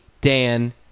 Dan